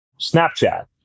Snapchat